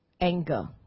anger